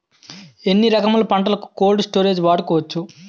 ఎన్ని రకములు పంటలకు కోల్డ్ స్టోరేజ్ వాడుకోవచ్చు?